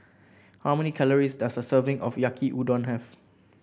how many calories does a serving of Yaki Udon have